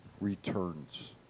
returns